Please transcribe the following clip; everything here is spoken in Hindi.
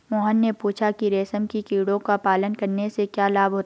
मोहन ने पूछा कि रेशम के कीड़ों का पालन करने से क्या लाभ होता है?